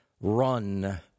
run